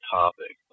topic